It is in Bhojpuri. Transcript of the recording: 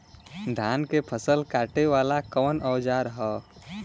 धान के फसल कांटे वाला कवन औजार ह?